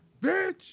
bitch